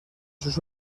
sus